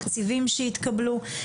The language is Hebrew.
תקציבים שהתקבלו,